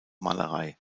malerei